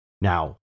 Now